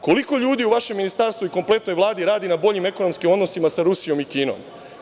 Koliko ljudi u vašem Ministarstvu i kompletnoj Vladi radi na boljim ekonomskim odnosima sa Rusijom i Kinom?